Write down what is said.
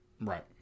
Right